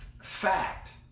fact